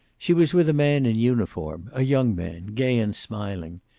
she was with a man in uniform, a young man, gay and smiling.